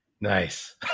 nice